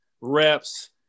reps